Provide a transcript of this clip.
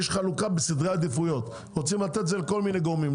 יש חלוקה בסדרי עדיפויות; רוצים לתת את זה לכל מיני גורמים,